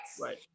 Right